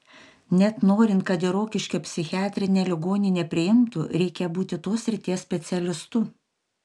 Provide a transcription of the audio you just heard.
net norint kad į rokiškio psichiatrinę ligoninę priimtų reikia būti tos srities specialistu